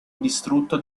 distrutto